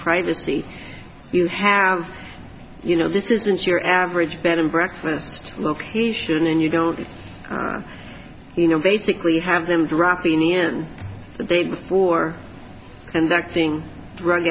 privacy you have you know this isn't your average bed and breakfast he should and you go you know basically have them dropping in the day before and that thing drug